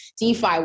DeFi